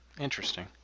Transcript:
Interesting